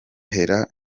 biga